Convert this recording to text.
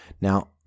Now